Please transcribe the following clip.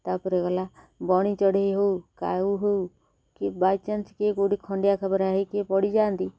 ତା'ପରେ ଗଲା ବଣି ଚଢ଼େଇ ହଉ କାଉ ହଉ କି ବାଇଚାନ୍ସ କିଏ କେଉଁଠି ଖଣ୍ଡିଆ ଖାବରା ହେଇକି ପଡ଼ିଯାଆନ୍ତି